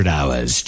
Hours